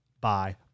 bye